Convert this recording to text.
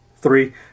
Three